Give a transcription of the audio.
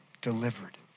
delivered